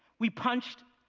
we punched.